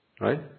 right